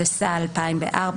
התשס"ה-2004,